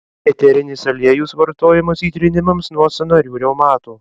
eterinis aliejus vartojamas įtrynimams nuo sąnarių reumato